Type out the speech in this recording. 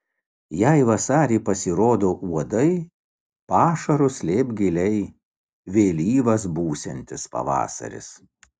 jei vasarį pasirodo uodai pašarus slėpk giliai vėlyvas būsiantis pavasaris